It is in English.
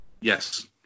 Yes